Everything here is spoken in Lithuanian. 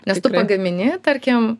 nes tu gamini tarkim